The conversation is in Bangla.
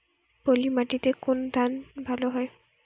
পলিমাটিতে কোন ধান ভালো হয়?